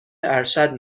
ارشد